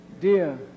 Dear